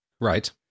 Right